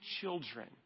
children